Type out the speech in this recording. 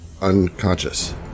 unconscious